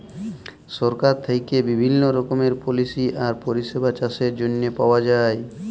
সরকারের থ্যাইকে বিভিল্ল্য রকমের পলিসি আর পরিষেবা চাষের জ্যনহে পাউয়া যায়